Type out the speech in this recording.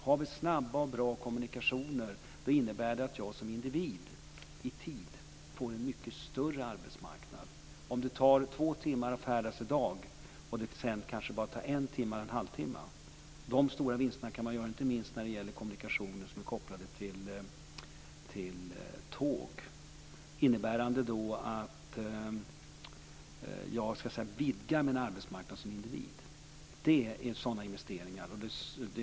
Om vi har snabba och bra kommunikationer innebär det att jag som individ får en mycket större arbetsmarknad. Det gäller om sträckor som det tar två timmar att färdas i dag sedan kanske bara tar en halvtimma eller en timma att färdas. De stora vinsterna kan man inte minst göra när det gäller kommunikationer som är kopplade till tåg. Det innebär då att jag som individ vidgar min arbetsmarknad. Det är sådana investeringar som det handlar om.